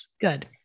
Good